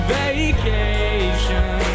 vacation